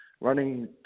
running